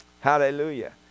Hallelujah